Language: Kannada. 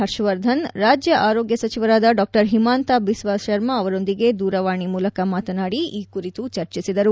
ಹರ್ಷವರ್ಧನ್ ರಾಜ್ಯ ಆರೋಗ್ಯ ಸಚಿವರಾದ ಡಾ ಹಿಮಾಂತ ಬಿಸ್ವಾ ಶರ್ಮಾ ಅವರೊಂದಿಗೆ ದೂರವಾಣಿ ಮೂಲಕ ಮಾತನಾದಿ ಈ ಕುರಿತು ಚರ್ಚಿಸಿದರು